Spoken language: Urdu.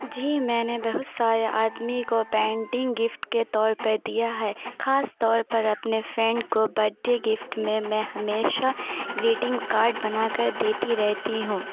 جی میں نے بہت سارے آدمی کو پینٹنگ گفٹ کے طور پہ دیا ہے کھاص طور پر اپنے فرینڈ کو برتھ ڈے گفٹ میں میں ہمیشہ گریٹنگ کارڈ بنا کر دیتی رہتی ہوں